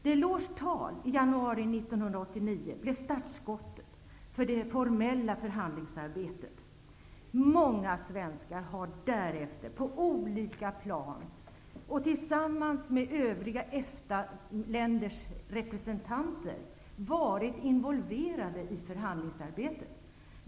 Delors tal i januari 1989 blev startskottet för det formella förhandlingsarbetet. Många svenskar har därefter på olika plan och tillsammans med övriga EFTA-länders representanter varit involverade i förhandlingsarbetet.